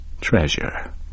treasure